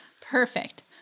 perfect